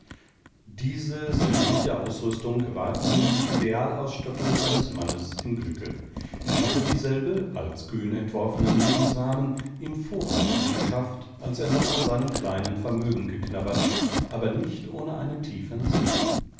diese sämtliche ausrüstung war ihm die idealausstattung eines mannes im glücke er hatte dieselbe als kühn entworfenen lebensrahmen im voraus angeschafft als er noch an seinem kleinen vermögen geknabbert aber nicht ohne einen tieferen sinn